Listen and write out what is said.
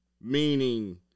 meaning